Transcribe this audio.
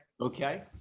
Okay